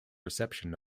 reception